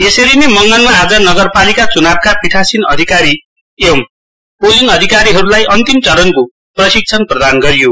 यसरी नै मङ्गनमा आज नगरपालिका च्नाउका पिठासिन अधिकारी एवम् पोलिङ अधिकारीहरूलाई अन्तिम चरणको प्रशिक्षण प्रदान गरियो